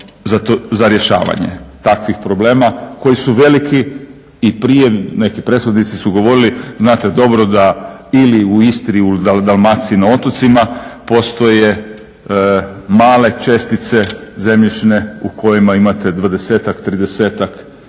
za rješavanje takvih problema koji su veliki? I prije, neki prethodnici su govorili, znate dobro da ili u Istri, Dalmaciji, na otocima postoje male čestice zemljišne u kojima imate dvadesetak,